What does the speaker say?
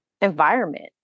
environment